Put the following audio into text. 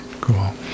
cool